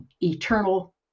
eternal